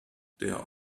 der